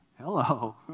Hello